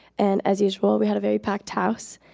and as usual, we had a very packed house.